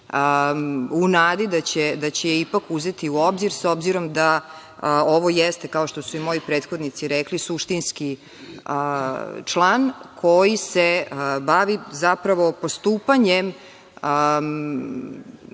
u nadi da će ipak uzeti u obzir, s obzirom da ovo jeste, kao što su i moji prethodnici rekli, suštinski član koji se bavi zapravo postupanjem